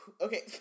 Okay